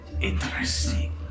Interesting